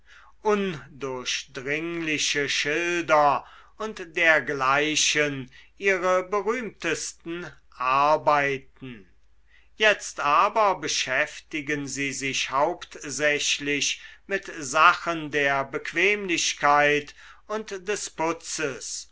undurchdringliche schilder und dergleichen ihre berühmtesten arbeiten jetzt aber beschäftigen sie sich hauptsächlich mit sachen der bequemlichkeit und des putzes